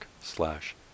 slash